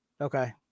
Okay